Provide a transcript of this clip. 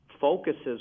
focuses